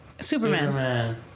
Superman